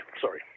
Sorry